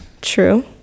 true